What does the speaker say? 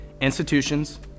Institutions